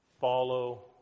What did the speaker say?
Follow